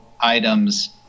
items